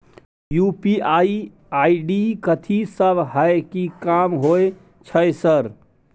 UPI ID कथि सब हय कि काम होय छय सर?